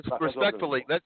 Respectfully